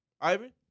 Ivan